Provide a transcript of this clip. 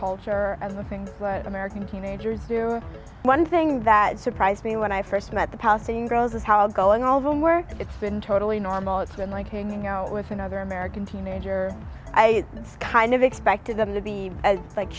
culture as a thing american teenagers do one thing that surprised me when i first met the palestinian girls is how go in all the work it's been totally normal it's been like hanging out with another american teenager i kind of expected them to be as like